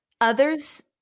others